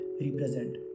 represent